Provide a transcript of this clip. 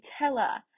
Nutella